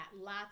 lots